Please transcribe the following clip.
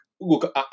look